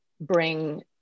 bring